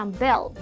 bell